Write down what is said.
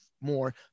more